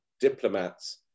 diplomats